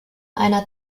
einer